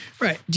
Right